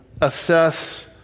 assess